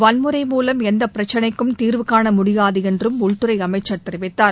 வன்முறை மூலம் எந்தப் பிரச்னைக்கும் தீர்வு காண முடியாது என்றும் உள்துறை அமைச்சர் தெரிவித்தார்